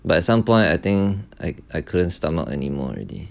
but at some point I think I I couldn't stomach anymore already